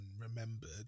remembered